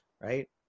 right